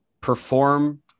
perform